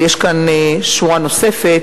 ויש כאן שורה נוספת,